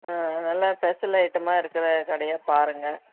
நல்ல பெஷல் ஐட்டமாக இருக்கிற கடையாக பாருங்கள்